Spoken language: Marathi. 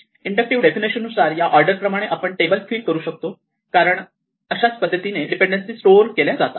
इंडक्टिव्ह डेफिनेशन नुसार या ऑर्डर प्रमाणे आपण टेबल फिल करू शकतो कारण अशाच पद्धतीने डीपेंडेन्सी स्टोअर केल्या जातात